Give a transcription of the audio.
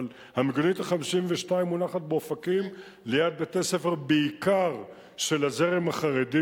אבל המיגונית ה-52 מונחת באופקים ליד בתי-ספר בעיקר של הזרם החרדי,